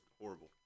horrible